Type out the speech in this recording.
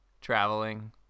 traveling